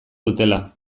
dutela